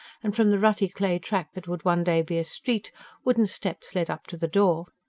and from the rutty clay-track that would one day be a street wooden steps led up to the door.